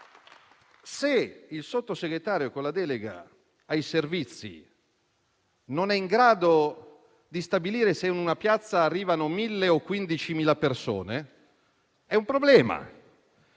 Se il Sottosegretario con la delega ai Servizi non è in grado di stabilire se in una piazza arrivano 1.000 o 15.000 persone, è un problema.